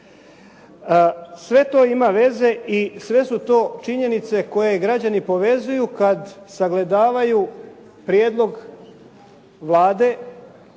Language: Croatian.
Sve to ima veze i sve su to činjenice koje građani povezuju kad sagledavaju prijedlog Vlade